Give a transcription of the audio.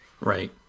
Right